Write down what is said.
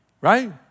right